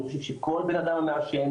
אני חושב שכל בן אדם מעשן,